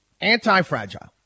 anti-fragile